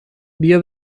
بیا